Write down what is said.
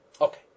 Okay